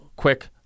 quick